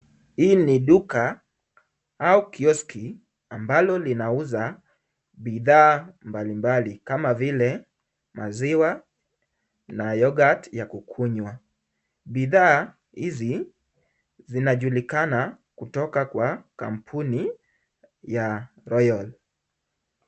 Hii ni duka au kiosk ambalo linauza bidhaa mbalimbali kama vile maziwa na yoghurt ya kukunywa. Bidhaa hizi zinajulikana kutoka kwa kampuni ya Royal